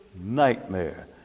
nightmare